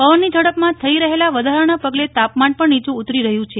પવનની ઝડપમાં થઈ રહેલા વધારાના પગલે તાપમાન પણ નીચું ઉતરી રહ્યું છે